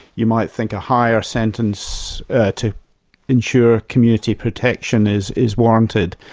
you might think a higher sentence to ensure community protection is is warranted.